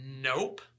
Nope